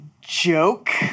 joke